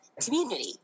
community